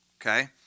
Okay